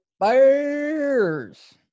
Bears